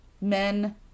men